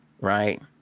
Right